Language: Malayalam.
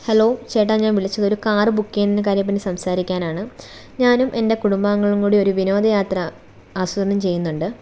ഹലോ ചേട്ടാ ഞാൻ വിളിച്ചത് ഒരു കാർ ബുക്ക് ചെയ്യുന്നതിനെ കാര്യത്തെപ്പറ്റി സംസാരിക്കാനാണ് ഞാനും എൻ്റെ കുടുംബാംഗങ്ങളും കൂടി ഒരു വിനോദയാത്ര ആസൂത്രണം ചെയ്യുന്നുണ്ട്